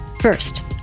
First